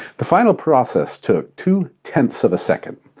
the final process took two tenths of a second.